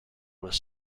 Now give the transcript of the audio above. was